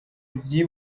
by’i